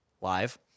live